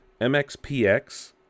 MXPX